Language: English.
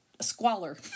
Squalor